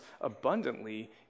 abundantly